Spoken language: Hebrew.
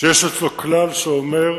שיש אצלו כלל שאומר: